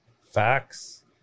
facts